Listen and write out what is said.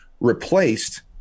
replaced